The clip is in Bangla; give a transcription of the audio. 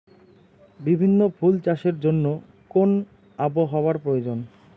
বিভিন্ন ফুল চাষের জন্য কোন আবহাওয়ার প্রয়োজন?